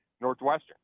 Northwestern